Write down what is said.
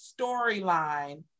storyline